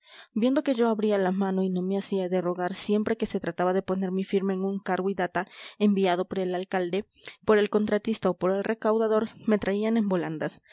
viendo que yo abría la mano y no me hacía de rogar siempre que se trataba de poner mi firma en un cargo y data enviado por el alcalde por el contratista o por el recaudador me traían en volandas